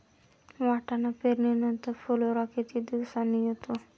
वाटाणा पेरणी नंतर फुलोरा किती दिवसांनी येतो?